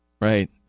right